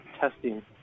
testing